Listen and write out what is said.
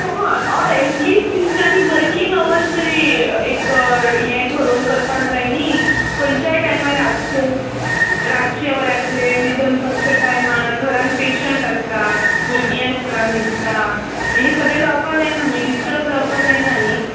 हय or at least तांच्यानी working hours तरी एक हें थरोवन करपाक जाय न्ही खंयच्याय टायमार रातचें रातचें वरांचेर मागीर दनपारच्या टायमार घरान पेशेंट आसता भुरगीं आसता न्हीदता ही सगळें जावपा जायना न्ही डिशटब जावपा जायना न्ही